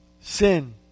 Sin